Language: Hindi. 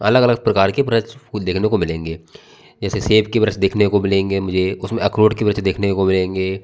अलग अलग प्रकार के वृक्ष फूल देखने को मिलेंगे जैसे सेब के वृक्ष देखने को मिलेंगे मुझे उसमें अखरोट के वृक्ष देखने को मिलेंगे